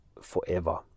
forever